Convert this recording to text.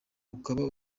ukaba